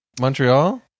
Montreal